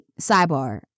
sidebar